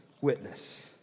witness